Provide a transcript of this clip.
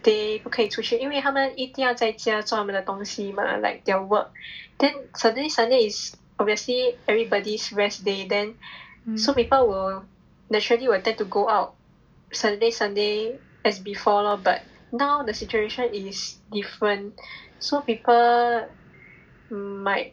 day 不可以出去因为他们一定要在家做他们的东西 mah like their work then saturday sunday is obviously everybody's rest day then so people will naturally will tend to go out saturday sunday as before lor but now the situation is different so people might